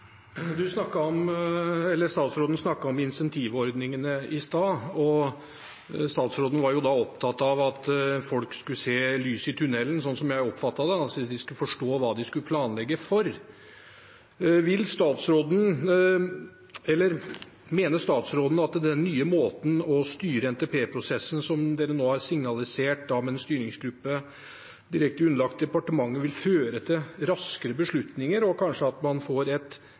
Statsråden snakket om incentivordningene i stad, og statsråden var opptatt av at folk skulle se lyset i tunnelen, slik som jeg oppfattet det, altså at de skulle forstå hva de skulle planlegge for. Mener statsråden at den nye måten å styre NTP-prosessen på som dere nå har signalisert, med en styringsgruppe direkte underlagt departementet, vil føre til raskere beslutninger og at man får et